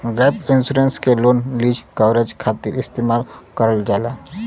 gap insurance के loan lease coverage खातिर इस्तेमाल करल जाला